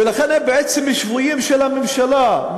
ולכן הם בעצם שבויים של הממשלה.